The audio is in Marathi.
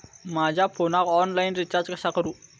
माझ्या फोनाक ऑनलाइन रिचार्ज कसा करू?